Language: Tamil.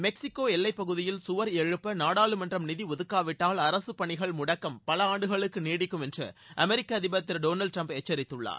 மெக்சிகோ எல்லைப்பகுதியில் கவர் எழுப்ப நாடாளுமன்றம் நிதி ஒதுக்காவிட்டால் அரசுப்பணிகள் முடக்கம் பல ஆண்டுகளுக்கு நீடிக்கும் என்று அமெரிக்க அதிபர் திரு டொனால்டு டிரம்ப் எச்சரித்துள்ளார்